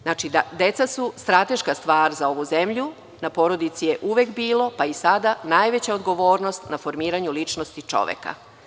Znači, deca su strateška stvar za ovu zemlju, na porodici je uvek bilo, pa i sada, najveća odgovornost na formiranju ličnosti čoveka.